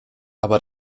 aber